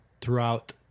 throughout